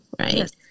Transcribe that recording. right